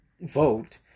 vote